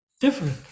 different